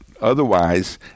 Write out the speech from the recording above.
Otherwise